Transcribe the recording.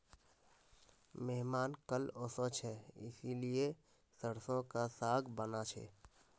मेहमान कल ओशो छे इसीलिए सरसों का साग बाना छे